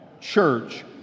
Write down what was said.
Church